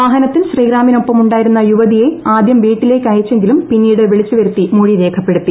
വാഹനത്തിൽ ശ്രീറാമിനൊപ്പമുണ്ടായിരുന്ന യുവതിയെ ആദ്യം വീട്ടിലേക്ക് അയച്ചെങ്കിലും പിന്നീട് വിളിച്ചുവരുത്തി മൊഴി രേഖപ്പെടുത്തി